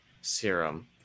serum